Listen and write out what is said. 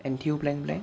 entail blank blank